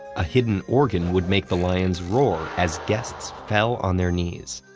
a hidden organ would make the lions roar as guests fell on their knees.